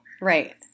Right